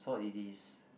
so it is